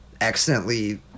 accidentally